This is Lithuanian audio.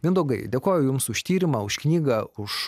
mindaugai dėkoju jums už tyrimą už knygą už